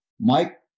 Mike